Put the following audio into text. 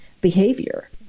behavior